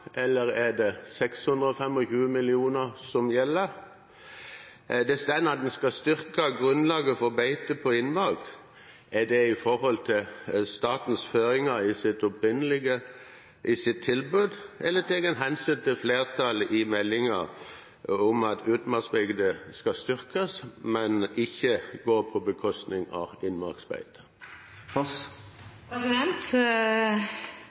eller er det 625 mill. kr som gjelder? Det står at en skal styrke grunnlaget for beite på innmark. Er det i forhold til statens føringer i sitt tilbud, eller tar en hensyn til flertallet i meldingen, om at utmarksbeite skal styrkes, men ikke gå på bekostning av